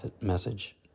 message